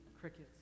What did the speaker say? crickets